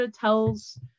tells